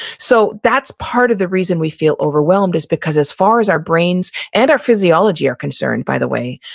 so that's part of the reason we feel overwhelmed is because as far as our brains and our physiology are concerned, by the way,